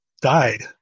died